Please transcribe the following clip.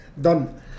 done